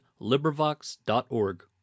LibriVox.org